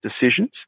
decisions